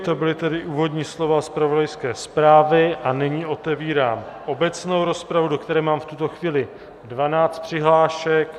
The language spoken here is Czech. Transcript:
To byla tedy úvodní slova zpravodajské zprávy a nyní otevírám obecnou rozpravu, do které mám v tuto chvíli 12 přihlášek.